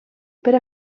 per